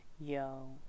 Yo